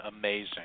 amazing